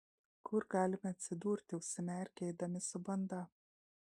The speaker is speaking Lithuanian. kur galime atsidurti užsimerkę eidami su banda